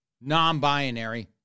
non-binary